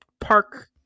park